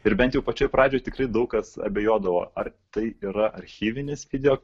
ir bent jau pačioj pradžioj tikrai daug kas abejodavo ar tai yra archyvinis video